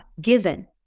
given